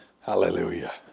Hallelujah